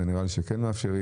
את זה נראה לי שכן מאפשרים.